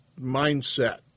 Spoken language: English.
mindset